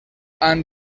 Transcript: han